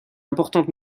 importante